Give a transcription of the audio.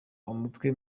umutwe